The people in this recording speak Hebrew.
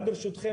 גם ברשותכם,